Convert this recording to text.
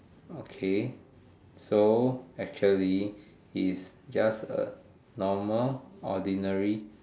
okay so actually he's just a normal ordinary